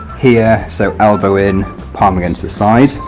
here, so elbow in palm against the side.